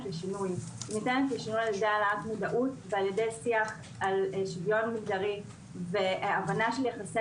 לשינוי על-ידי העלאת מודעות ובשיח על שוויון מגדרי והבנה של יחסי